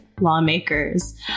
lawmakers